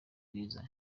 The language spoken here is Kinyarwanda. bwiza